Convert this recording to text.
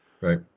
Right